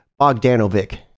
Bogdanovic